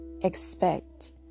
expect